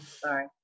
Sorry